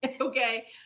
okay